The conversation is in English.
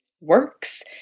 works